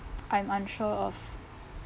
I'm unsure of